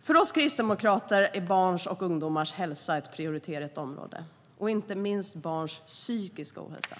För oss kristdemokrater är barns och ungdomars hälsa ett prioriterat område. Det gäller inte minst barns och ungdomars psykiska hälsa.